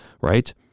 right